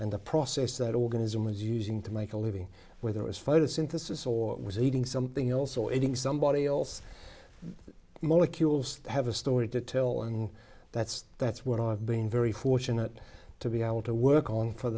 and the process that organism was using to make a living whether it was photosynthesis or was eating something else or adding somebody else molecules have a story to tell and that's that's what i've been very fortunate to be able to work on for